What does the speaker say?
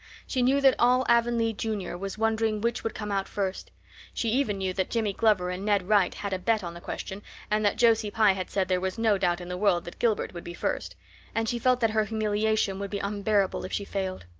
she knew that all avonlea junior was wondering which would come out first she even knew that jimmy glover and ned wright had a bet on the question and that josie pye had said there was no doubt in the world that gilbert would be first and she felt that her humiliation would be unbearable if she failed.